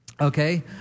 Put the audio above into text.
okay